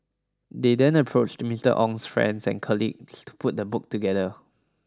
they then approached Mister Ong's friends and colleagues to put the book together